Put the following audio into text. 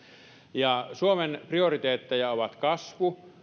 suomen prioriteetteja ovat kasvu